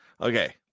Okay